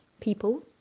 people